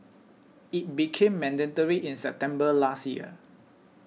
it became mandatory in September last year